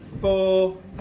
four